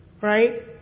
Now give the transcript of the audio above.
right